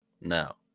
Now